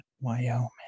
Wyoming